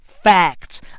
Facts